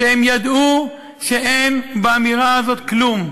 כשהם ידעו שאין באמירה הזאת כלום,